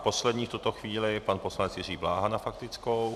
Poslední v tuto chvíli pan poslanec Jiří Bláha na faktickou.